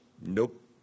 Nope